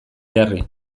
jarri